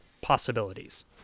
possibilities